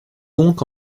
donc